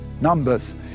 Numbers